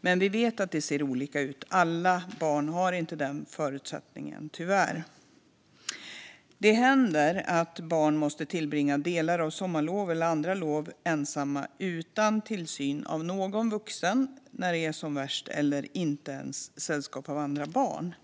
Men vi vet att det ser olika ut. Tyvärr har inte alla barn den förutsättningen. Det händer att barn måste tillbringa delar av sommarlov eller andra lov ensamma utan tillsyn av någon vuxen, när det är som värst, eller inte ens i sällskap av andra barn.